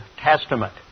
Testament